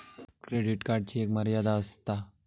credit कार्डची एक मर्यादा आसता